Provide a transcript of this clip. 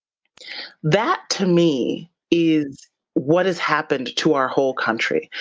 that, to me is what has happened to our whole country.